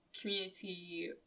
community